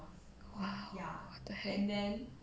!wow! what the hell